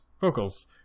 vocals